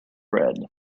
red